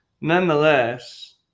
nonetheless